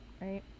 right